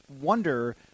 wonder